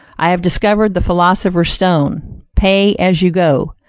i have discovered the philosopher's stone pay as you go.